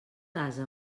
ase